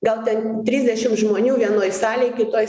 gal ten trisdešim žmonių vienoj salėj kitoj